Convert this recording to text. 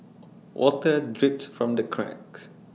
water drips from the cracks